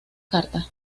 carta